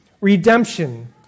redemption